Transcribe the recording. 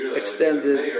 extended